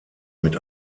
mit